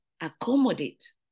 accommodate